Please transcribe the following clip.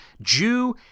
Jew